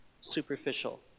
superficial